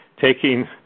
taking